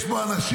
יש פה אנשים,